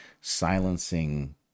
silencing